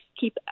keep